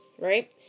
right